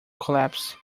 collapse